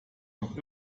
noch